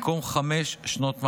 במקום חמש שנות מאסר.